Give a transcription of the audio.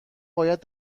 باید